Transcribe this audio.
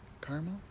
Caramel